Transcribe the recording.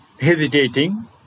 hesitating